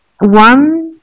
one